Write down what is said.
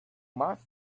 must